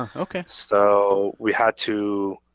um okay. so we had to